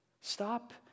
Stop